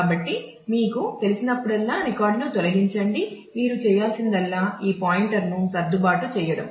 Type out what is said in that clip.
కాబట్టి మీకు తెలిసినప్పుడల్లా రికార్డును తొలగించండి మీరు చేయాల్సిందల్లా ఈ పాయింటర్ను సర్దుబాటు చేయడం